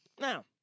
Now